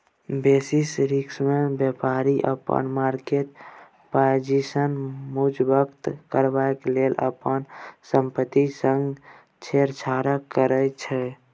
basis रिस्कमे बेपारी अपन मार्केट पाजिशन मजगुत करबाक लेल अपन संपत्ति संग छेड़छाड़ करै छै